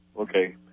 Okay